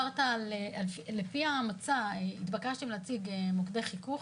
לפי המצע, התבקשתם להציג מוקדי חיכוך